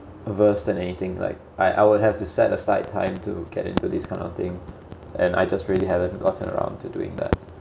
averse than anything like I I would have to set aside time to get into this kind of things and I just really haven't gotten around to doing that